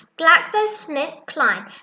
GlaxoSmithKline